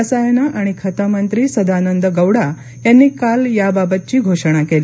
रसायनं आणि खतं मंत्री सदानंद गौडा यांनी काल याबाबतची घोषणा केली